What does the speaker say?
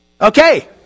Okay